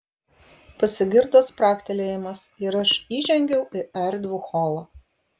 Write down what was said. pasigirdo spragtelėjimas ir aš įžengiau į erdvų holą